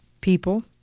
people